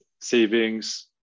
savings